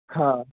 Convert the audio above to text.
हा